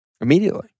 immediately